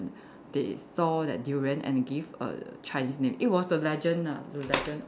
they saw that durian and give a Chinese name it was the legend ah the legend of